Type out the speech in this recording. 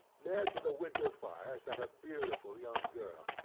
near to the winter fire sat a beautiful young girl,